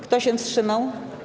Kto się wstrzymał?